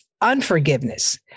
unforgiveness